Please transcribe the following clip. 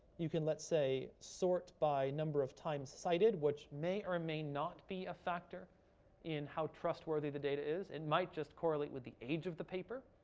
you can, let's say, sort by number of times cited, which may or may not be a factor in how trustworthy the data is. it might just correlate with the age of the paper.